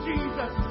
Jesus